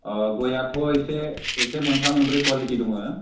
गयआथ' एसे एसे मोन्थाम मोनब्रै कुवालिटी दङ